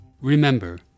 Remember